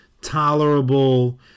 tolerable